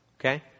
Okay